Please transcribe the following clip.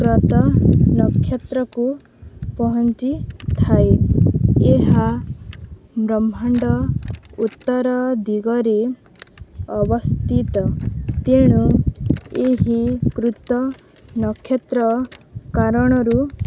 କ୍ରତୁ ନକ୍ଷତ୍ରକୁ ପହଞ୍ଚିଥାଏ ଏହା ବ୍ରହ୍ମାଣ୍ଡ ଉତ୍ତର ଦିଗରେ ଅବସ୍ଥିତ ତେଣୁ ଏହି କ୍ରତୁ ନକ୍ଷତ୍ର କାରଣରୁ